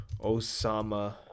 Osama